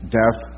death